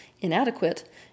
inadequate